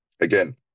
again